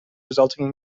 resulting